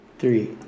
Three